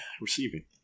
receiving